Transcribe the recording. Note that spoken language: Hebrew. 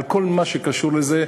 על כל מה שקשור לזה.